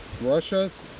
Russia's